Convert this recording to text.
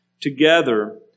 together